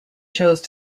chose